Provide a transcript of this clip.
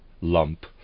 lump